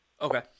okay